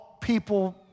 people